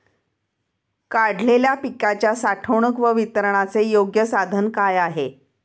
काढलेल्या पिकाच्या साठवणूक व वितरणाचे योग्य साधन काय?